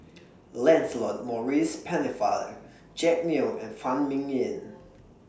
Lancelot Maurice Pennefather Jack Neo and Phan Ming Yen